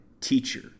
teacher